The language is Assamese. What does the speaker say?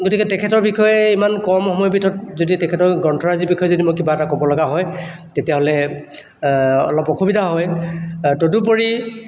গতিকে তেখেতৰ বিষয়ে ইমান কম সময়ৰ ভিতৰত যদি তেখেতৰ গ্ৰন্থৰাজিৰ বিষয়ে যদি মই কিবা এটা ক'বলগা হয় তেতিয়াহ'লে অলপ অসুবিধা হয় তদুপৰি